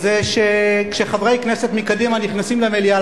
זה שכשחברי כנסת מקדימה נכנסים למליאה,